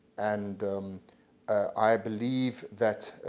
and i believe that,